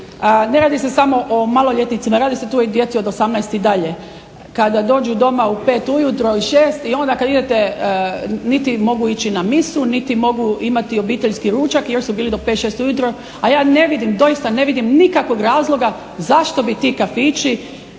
Ne radi se samo o maloljetnicima, radi se tu i o djeci od 18 i dalje, kada dođu doma u 5 ujutro, i 6 i onda kad idete, niti mogu ići na misu, niti mogu imati obiteljski ručak i još su bili do 5, 6 ujutro. A ja ne vidim, doista ne vidim nikakvog razloga zašto bi ti kafići